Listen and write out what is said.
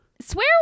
swear